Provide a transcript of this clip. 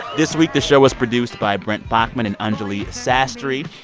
this week the show was produced by brent baughman and anjuli sastry.